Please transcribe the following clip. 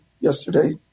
yesterday